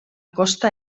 costa